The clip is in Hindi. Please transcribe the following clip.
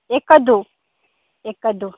एक कद्दू एक कद्दू